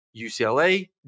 UCLA